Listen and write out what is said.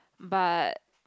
but